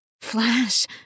Flash